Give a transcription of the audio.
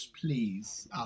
please